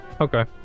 Okay